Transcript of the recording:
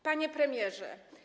Panie Premierze!